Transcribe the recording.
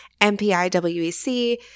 MPI-WEC